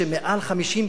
שמעל 50%,